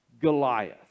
Goliath